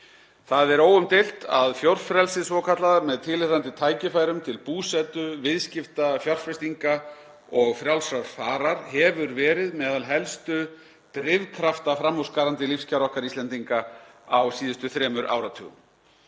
Það er óumdeilt að fjórfrelsið svokallaða, með tilheyrandi tækifærum til búsetu, viðskipta, fjárfestinga og frjálsrar farar, hefur verið meðal helstu drifkrafta framúrskarandi lífskjara okkar Íslendinga á síðustu þremur áratugum.